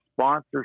sponsorship